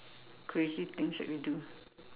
crazy things that we do